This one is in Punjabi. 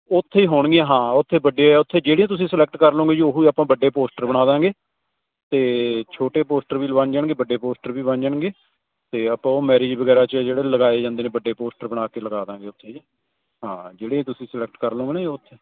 ਉੱਥੇ ਹੀ ਹੋਣਗੀਆਂ ਹਾਂ ਉੱਥੇ ਵੱਡੇ ਉੱਥੇ ਜਿਹੜੀਆਂ ਤੁਸੀਂ ਸਲੈਕਟ ਕਰ ਲਉਂਗੇ ਉਹ ਹੀ ਆਪਾਂ ਵੱਡੇ ਪੋਸਟਰ ਬਣਾ ਦਾਂਗੇ ਅਤੇ ਛੋਟੇ ਪੋਸਟਰ ਵੀ ਬਣ ਜਾਣਗੇ ਵੱਡੇ ਪੋਸਟਰ ਵੀ ਬਣ ਜਾਣਗੇ ਅਤੇ ਆਪਾਂ ਉਹ ਮੈਰਿਜ ਵਗੈਰਾ 'ਚ ਜਿਹੜੇ ਲਗਾਏ ਜਾਂਦੇ ਨੇ ਵੱਡੇ ਪੋਸਟਰ ਬਣਾ ਕੇ ਲਗਾ ਦਾਂਗੇ ਉੱਥੇ ਹਾਂ ਜਿਹੜੇ ਤੁਸੀਂ ਸਿਲੈਕਟ ਕਰ ਲਉਂਗੇ ਨਾ ਜੀ ਉੱਥੇ